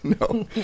No